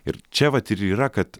ir čia vat ir yra kad